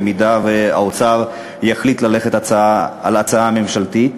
במידה שהאוצר יחליט ללכת על הצעה ממשלתית.